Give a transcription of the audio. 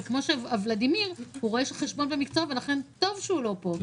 וכמו שולדימיר בליאק הוא רואה חשבון במקצועו אז לכן טוב שהוא לא פה.